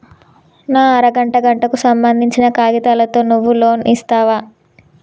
నా అర గంటకు సంబందించిన కాగితాలతో నువ్వు లోన్ ఇస్తవా?